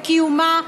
לקיומה,